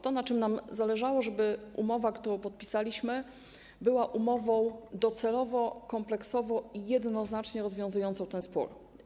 To, na czym nam zależało - żeby umowa, którą podpisaliśmy, była umową docelowo, kompleksowo, jednoznacznie rozwiązującą ten spór.